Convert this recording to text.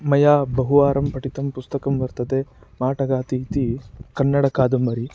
मया बहुवारं पठितं पुस्तकं वर्तते माटगाति इति कन्नड कादम्बरी